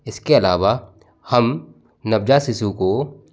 इसके अलावा हम नवजात शिशु को